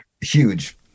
huge